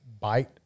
bite